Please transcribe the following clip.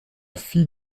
fille